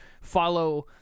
follow